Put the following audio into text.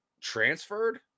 transferred